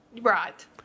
Right